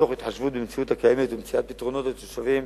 אך תוך התחשבות במציאות הקיימת ומציאת פתרונות לתושבים